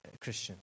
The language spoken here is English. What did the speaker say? Christian